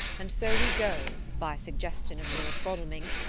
and so we go, by suggestion of lord godalming,